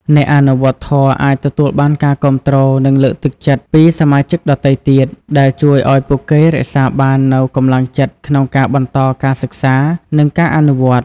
អ្នកអនុវត្តធម៌អាចទទួលបានការគាំទ្រ និងលើកទឹកចិត្តពីសមាជិកដទៃទៀត ដែលជួយឱ្យពួកគេរក្សាបាននូវកម្លាំងចិត្តក្នុងការបន្តការសិក្សា និងការអនុវត្ត។